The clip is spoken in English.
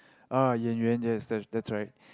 uh Yan-Yuan that is that's right